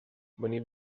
venim